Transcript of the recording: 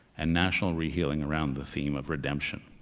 and national rehealing around the theme of redemption.